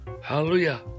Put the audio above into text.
Hallelujah